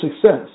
success